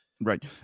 Right